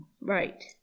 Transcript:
right